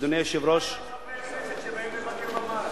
אחר כך, חברי הכנסת שבאים לבקר במאהל.